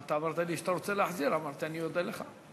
אמרת לי שאתה רוצה להחזיר, אמרתי שאני אודה לך.